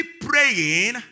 praying